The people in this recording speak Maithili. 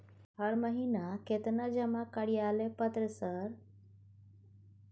हर महीना केतना जमा कार्यालय पत्र सर?